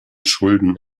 schulden